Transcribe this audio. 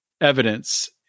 evidence